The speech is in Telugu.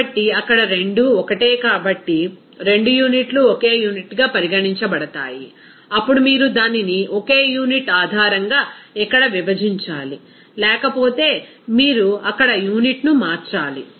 కాబట్టి అక్కడ రెండూ ఒకటే కాబట్టి రెండు యూనిట్లు ఒకే యూనిట్గా పరిగణించబడతాయి అప్పుడు మీరు దానిని ఒకే యూనిట్ ఆధారంగా ఇక్కడ విభజించాలి లేకపోతే మీరు అక్కడ యూనిట్ను మార్చాలి